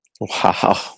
Wow